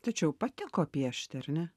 tačiau patiko piešti ar ne